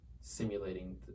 simulating